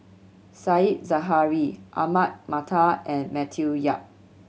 Said Zahari Ahmad Mattar and Matthew Yap